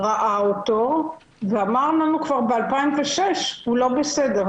ראה אותו ואמר לנו כבר ב-2006 שהוא לא בסדר.